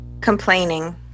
Complaining